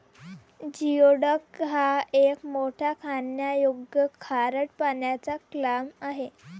geoduck हा एक मोठा खाण्यायोग्य खारट पाण्याचा क्लॅम आहे